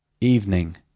Evening